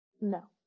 no